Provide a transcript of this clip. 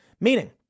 Meaning